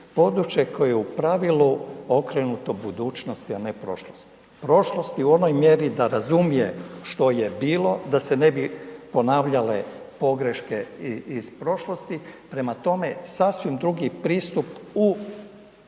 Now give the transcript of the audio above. područje koje je u pravilu okrenuto budućnosti, a ne prošlosti, prošlosti u onoj mjeri da razumije što je bilo da se ne bi ponavljale pogreške iz prošlosti. Prema tome, sasvim drugi pristup u,